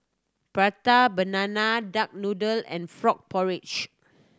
Prata Banana duck noodle and frog porridge